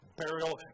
burial